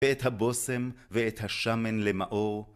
ואת הבושם ואת השמן למאור.